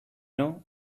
know